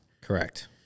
Correct